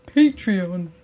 Patreon